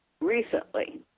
recently